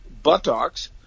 buttocks